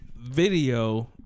video